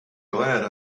glad